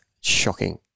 shocking